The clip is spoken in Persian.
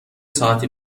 ساعتی